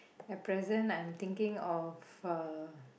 at present I'm thinking of uh